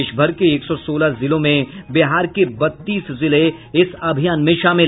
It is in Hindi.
देशभर के एक सौ सोलह जिलों में बिहार के बत्तीस जिले इस अभियान में शामिल